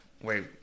wait